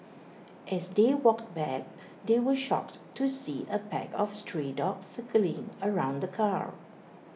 as they walked back they were shocked to see A pack of stray dogs circling around the car